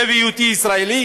גאה בהיותי ישראלי.